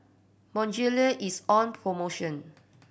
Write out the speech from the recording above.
Bonjela is on promotion